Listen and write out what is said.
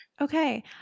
Okay